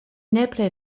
nepre